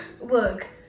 Look